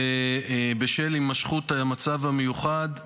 בשל הימשכות המצב המיוחד בעורף,